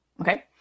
Okay